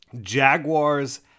Jaguars